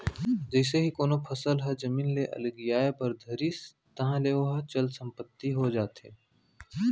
जइसे ही कोनो फसल ह जमीन ले अलगियाये बर धरिस ताहले ओहा चल संपत्ति हो जाथे